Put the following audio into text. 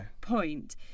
point